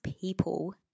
people